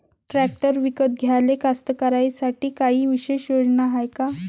Tractor विकत घ्याले कास्तकाराइसाठी कायी विशेष योजना हाय का?